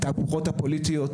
בגלל התהפוכות הפוליטיות,